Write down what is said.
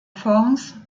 fonds